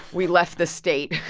we left the state